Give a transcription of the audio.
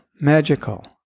magical